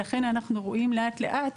ולכן אנחנו רואים לאט לאט